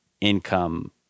income